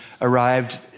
arrived